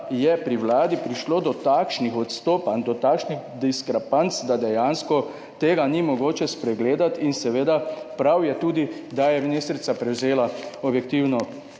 je pri Vladi prišlo do takšnih odstopanj, do takšnih diskrepanc, da dejansko tega ni mogoče spregledati. In seveda, prav je tudi, da je ministrica prevzela objektivno